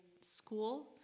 school